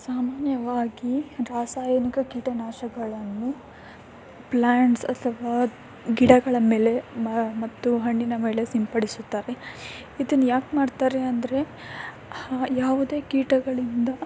ಸಾಮಾನ್ಯವಾಗಿ ರಾಸಾಯನಿಕ ಕೀಟನಾಶಗಳನ್ನು ಪ್ಲ್ಯಾಂಟ್ಸ್ ಅಥವಾ ಗಿಡಗಳ ಮೇಲೆ ಮತ್ತು ಹಣ್ಣಿನ ಮೇಲೆ ಸಿಂಪಡಿಸುತ್ತಾರೆ ಇದನ್ಯಾಕೆ ಮಾಡ್ತಾರೆ ಅಂದರೆ ಯಾವುದೇ ಕೀಟಗಳಿಂದ